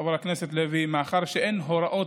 חבר הכנסת לוי: מאחר שאין הוראות,